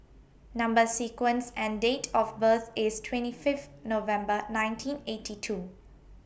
Number sequence and Date of birth IS twenty Fifth November nineteen eighty two